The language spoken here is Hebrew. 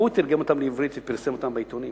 הוא תרגם אותם לעברית ופרסם אותם בעיתונים.